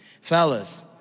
Fellas